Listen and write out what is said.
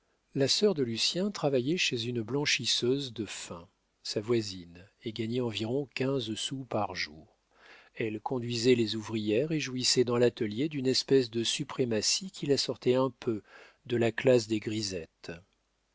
la sœur de lucien travaillait chez une blanchisseuse de fin sa voisine et gagnait environ quinze sous par jour elle conduisait les ouvrières et jouissait dans l'atelier d'une espèce de suprématie qui la sortait un peu de la classe des grisettes